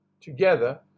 together